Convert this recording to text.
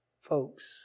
Folks